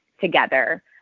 together